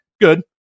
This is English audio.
good